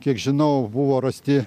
kiek žinau buvo rasti